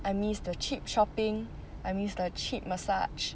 I miss the cheap shopping I mean like cheap massage